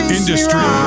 Industry